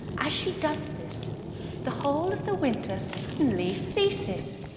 as she does this the whole of the winter suddenly ceases.